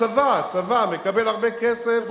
הצבא מקבל הרבה כסף.